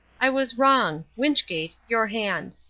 i was wrong. wynchgate, your hand.